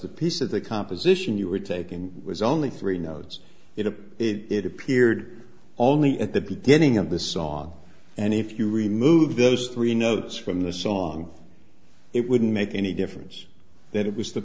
of the composition you were taking was only three notes in a it appeared only at the beginning of the song and if you removed those three notes from the song it wouldn't make any difference that it was the